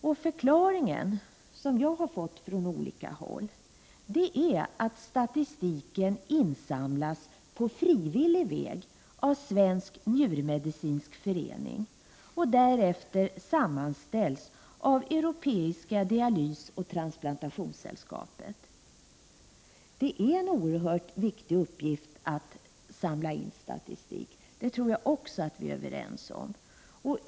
Den förklaring som jag har fått är att statistiken på frivillig väg insamlas av Svensk njurmedicinsk förening och därefter sammanställs av Europeiska dialysoch transplantationssällskapet. Det är en oerhört viktigt uppgift att samla in statistik, det tror jag också att vi är överens om.